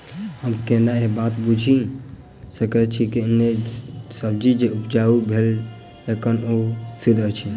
हम केना ए बात बुझी सकैत छी जे सब्जी जे उपजाउ भेल एहन ओ सुद्ध अछि?